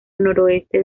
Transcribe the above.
noroeste